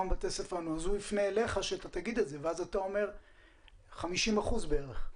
הוא יפנה אליך שאתה תגיד לו ואז אתה תאמר ש-50 אחוזים בערך.